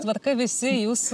tvarka visi jūsų